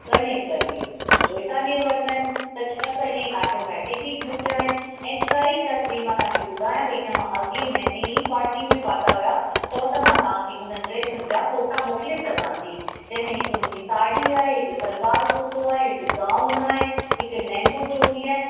ॻणे करे चोएतालीह वरिता आहिनि छह त ईअं ई ऑटोमेटिक ई घटि आहिनि ऐं छह ई जा छह ई मां तव्हांखे ॿुधायां पई मां अॻे महिने ई पार्टी में पाता हुया चओ त मां तव्हांखे उन ड्रेसियुनि जा फ़ोटा मोकिले सघां थी जंहिं में हिकु मुंहिंजी हिकु साड़ी आहे हिकु सलवार कुर्तो आहे हिकु गाउन आहे हिकु लहिंगो चोली आहे सभु